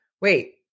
wait